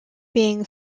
being